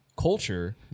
culture